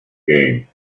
game